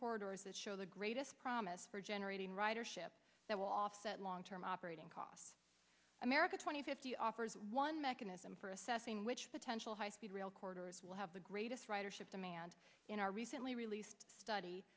corridors that show the greatest promise for generating ridership that will offset long term operating costs america twenty fifty offers one mechanism for assessing which potential high speed rail quarters will have the greatest writer should demand in our recently released study